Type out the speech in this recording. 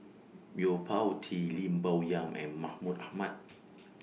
Yo Po Tee Lim Bo Yam and Mahmud Ahmad